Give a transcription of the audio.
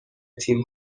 تیم